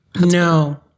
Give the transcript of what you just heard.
No